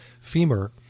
femur